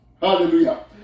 Hallelujah